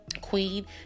Queen